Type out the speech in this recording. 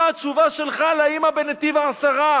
מה התשובה שלך לאמא בנתיב-העשרה?